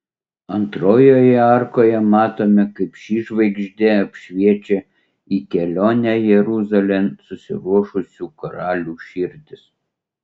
antrojoje arkoje matome kaip ši žvaigždė apšviečia į kelionę jeruzalėn susiruošusių karalių širdis